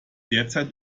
derzeit